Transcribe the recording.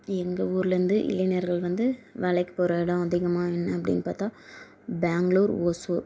எங்கள் ஊர்லேருந்து இளைஞர்கள் வந்து வேலைக்கு போகிற இடம் அதிகமாக என்ன அப்படின்னு பார்த்தா பெங்களூர் ஓசூர்